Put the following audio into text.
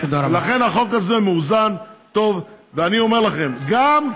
תסביר מה מפריעה לך המלצה.